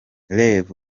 rev